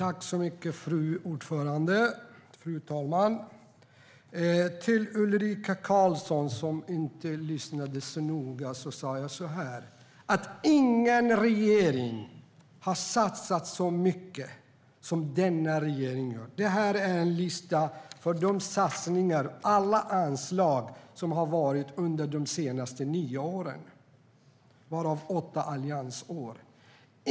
Fru talman! Ulrika Carlsson lyssnade inte så noga, men jag sa att ingen regering har satsat så mycket som denna regering gör. Här har jag en lista över de satsningar som har gjorts under de senaste nio åren, varav åtta alliansår.